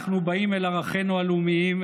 אנחנו באים אל ערכינו הלאומיים,